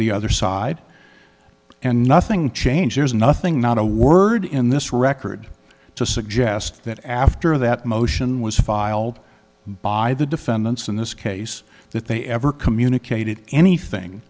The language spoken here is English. the other side and nothing changed there's nothing not a word in this record to suggest that after that motion was filed by the defendants in this case that they ever communicated anything